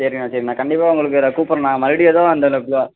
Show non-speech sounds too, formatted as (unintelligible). சரிண்ணா சரிண்ணா கண்டிப்பாக உங்களுக்கு இதில் கூப்பிட்றேண்ணா மறுபடியும் எதுவும் அந்த (unintelligible)